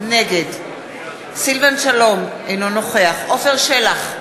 נגד סילבן שלום, אינו נוכח עפר שלח,